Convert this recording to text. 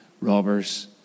robbers